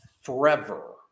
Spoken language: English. forever